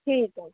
ਠੀਕ ਹੈ